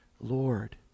Lord